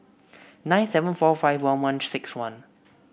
nine seven four five one one six one